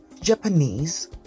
Japanese